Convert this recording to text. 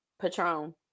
Patron